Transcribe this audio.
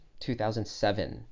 2007